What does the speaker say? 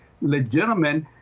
legitimate